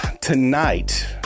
tonight